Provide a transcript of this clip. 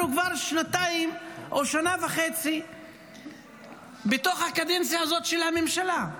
אנחנו כבר שנתיים או שנה וחצי בתוך הקדנציה הזאת של הממשלה.